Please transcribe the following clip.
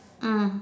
mm